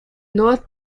north